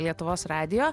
lietuvos radijo